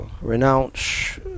renounce